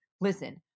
Listen